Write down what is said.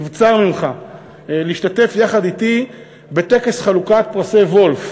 נבצר ממך להשתתף יחד אתי בטקס חלוקת פרסי וולף.